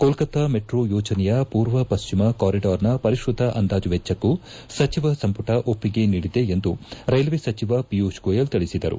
Kolkata metro ಯೋಜನೆಯ ಪೂರ್ವ ಪಶ್ಚಿಮ ಕಾರಿಡಾರ್ನ ಪರಿಷ್ಟತ ಅಂದಾಜ ಮೆಚ್ಚಕ್ಕೂ ಸಚಿವ ಸಂಪುಟ ಒಪ್ಪಿಗೆ ನೀಡಿದೆ ಎಂದು ರೈಟ್ವೆ ಸಚಿವ ಪಿಯೂಷ್ ಗೋಯಲ್ ತಿಳಿಸಿದರು